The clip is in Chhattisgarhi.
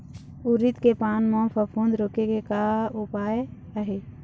उरीद के पान म फफूंद रोके के का उपाय आहे?